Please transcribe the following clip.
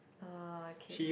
uh okay